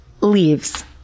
Leaves